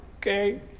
okay